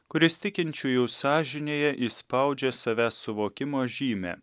kuris tikinčiųjų sąžinėje įspaudžia savęs suvokimo žymę